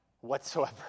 whatsoever